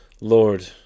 Lord